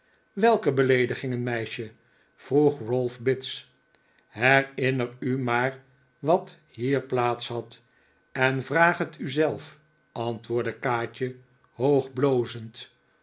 welke beleedigingen meisje vroeg ralph bits herinner u maar wat hier plaats had en vraag het u zelf antwoordde kaatje hoog blozend